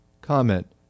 Comment